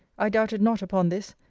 i doubted not, upon this,